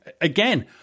again